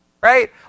Right